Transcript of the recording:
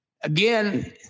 Again